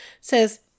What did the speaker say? says